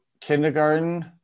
kindergarten